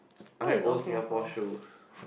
I like old Singapore shows